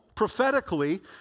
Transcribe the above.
prophetically